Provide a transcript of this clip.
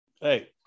Hey